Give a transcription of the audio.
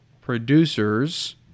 producers